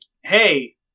hey